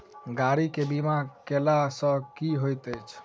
गाड़ी केँ बीमा कैला सँ की होइत अछि?